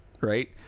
right